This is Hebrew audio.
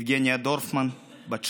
יבגניה דרופמן, בת 16,